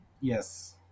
yes